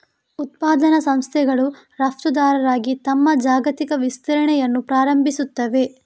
ಉತ್ಪಾದನಾ ಸಂಸ್ಥೆಗಳು ರಫ್ತುದಾರರಾಗಿ ತಮ್ಮ ಜಾಗತಿಕ ವಿಸ್ತರಣೆಯನ್ನು ಪ್ರಾರಂಭಿಸುತ್ತವೆ